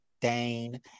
dane